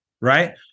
Right